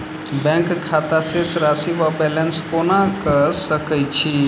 Bank खाता शेष राशि वा बैलेंस केना कऽ सकय छी?